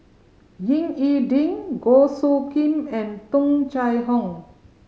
Ying E Ding Goh Soo Khim and Tung Chye Hong